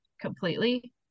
completely